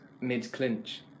mid-clinch